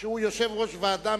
שהוא יושב-ראש ועדה,